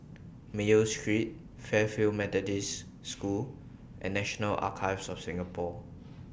Mayo Street Fairfield Methodist School and National Archives of Singapore